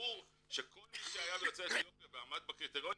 ברור שכל מי שהיה יוצא אתיופיה ועמד בקריטריונים,